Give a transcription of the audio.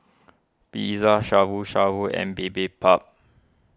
Pizza Shabu Shabu and Bibimbap